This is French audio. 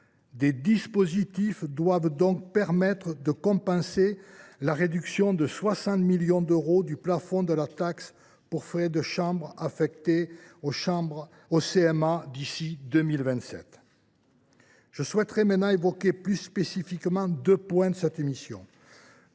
Des dispositifs doivent donc permettre de compenser la réduction de 60 millions d’euros du plafond de la taxe pour frais de chambres affectée aux CMA d’ici à 2027. J’en viens à deux points plus spécifiques de cette mission.